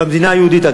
במדינה היהודית,